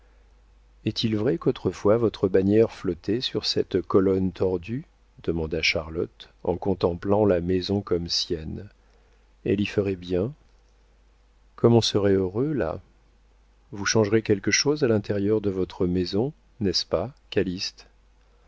est-il vrai qu'autrefois votre bannière flottait sur cette colonne tordue demanda charlotte en contemplant la maison comme sienne elle y ferait bien comme on serait heureux là vous changerez quelque chose à l'intérieur de votre maison n'est-ce pas